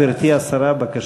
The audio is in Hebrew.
גברתי השרה, בבקשה.